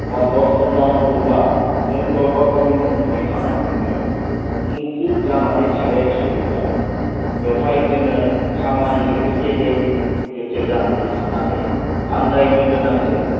दा दर्शन जानांगौब्ला जों गावबा गावनि न'खरनि खामानिखौनो मुखुब जानानै थाबाय थायोब्ला बेवहाय जोङो खामानिजोंनो गेब्ले गेथे जानानै थानानै आन्दायनो गोनां जायो